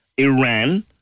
Iran